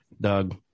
Doug